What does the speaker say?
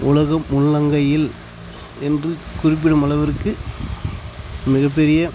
உலகம் உள்ளங்கையில் என்று குறிப்பிடும் அளவிற்கு மிகப்பெரிய